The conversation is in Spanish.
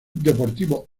deportivo